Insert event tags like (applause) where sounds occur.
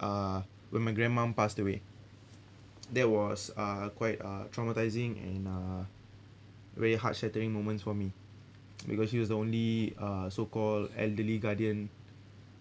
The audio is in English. uh when my grandmum passed away (noise) that was uh quite uh traumatising and uh very heart shattering moments for me (noise) because she was the only uh so called elderly guardian